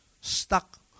Stuck